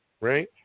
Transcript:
right